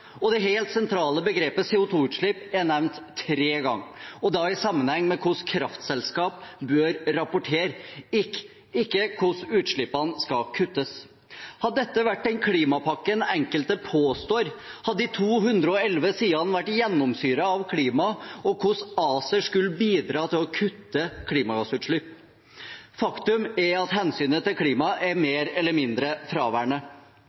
og det helt sentrale begrepet «CO 2 -utslipp» er nevnt tre ganger, da i sammenheng med hvordan kraftselskaper bør rapportere, ikke hvordan utslippene skal kuttes. Hadde dette vært den klimapakken enkelte påstår at den er, hadde de 211 sidene vært gjennomsyret av «klima» og hvordan ACER skal bidra til å kutte i klimagassutslippene. Faktum er at hensynet til klimaet er mer eller mindre fraværende.